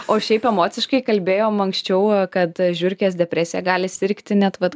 o šiaip emociškai kalbėjom anksčiau va kad žiurkės depresija gali sirgti net vat